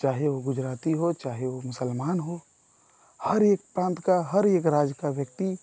चाहे वह गुजराती हो चाहे वह मुसलमान हो हर एक प्रान्त का हर एक राज्य का व्यक्ति